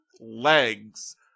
legs